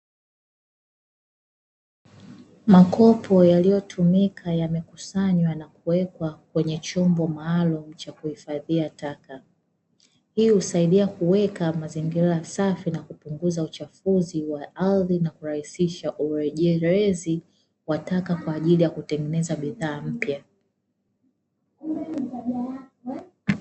Makopo yaliyotumika yamekusanywa na kuwekwa kwenye chombo maalumu cha kuhifadhia taka. Hii husaidia kuweka mazingira safi na kupunguza uchafuzi wa ardhi na kurahisisha urejerezi wa taka kwa ajili ya kutengeneza bidhaa mpya.